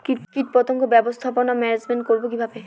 কীটপতঙ্গ ব্যবস্থাপনা ম্যানেজমেন্ট করব কিভাবে?